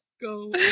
go